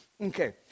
Okay